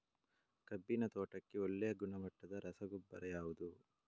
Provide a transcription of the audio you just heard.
ಕಬ್ಬಿನ ತೋಟಕ್ಕೆ ಒಳ್ಳೆಯ ಗುಣಮಟ್ಟದ ರಸಗೊಬ್ಬರ ಯಾವುದು?